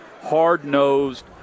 Hard-nosed